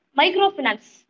microfinance